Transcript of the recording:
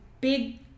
big